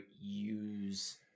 use